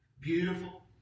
Beautiful